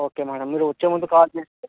okay madam మీరు వచ్చే ముందు కాల్ చేస్తే